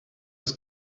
his